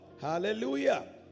Hallelujah